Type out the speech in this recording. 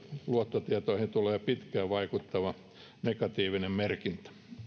luottotietoihin tulee pitkään vaikuttava negatiivinen merkintä